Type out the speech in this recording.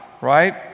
right